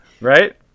right